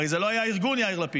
הרי זה לא היה ארגון, יאיר לפיד.